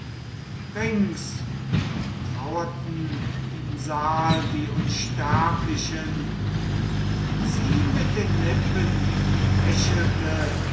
nun traurten im saal die unsterblichen sie mit den lippen lächelte